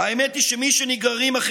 והגיע הזמן שנשים לו סוף.